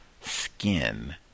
skin